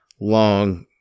long